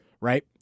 right